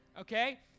okay